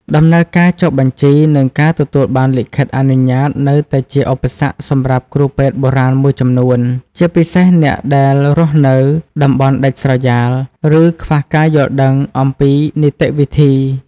ដំណើរការចុះបញ្ជី និងការទទួលបានលិខិតអនុញ្ញាតនៅតែជាឧបសគ្គសម្រាប់គ្រូពេទ្យបុរាណមួយចំនួន ជាពិសេសអ្នកដែលរស់នៅតំបន់ដាច់ស្រយាល ឬខ្វះការយល់ដឹងអំពីនីតិវិធី។